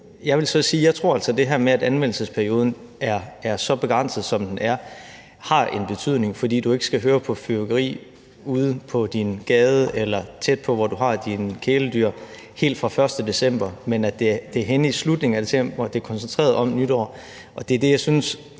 her med, at anvendelsesperioden er så begrænset, som den er, har en betydning, fordi du ikke skal høre på fyrværkeri ude på din gade eller tæt på, hvor du har dine kæledyr, helt fra den 1. december, men at det er henne i slutningen af december, altså at det er koncentreret omkring nytår.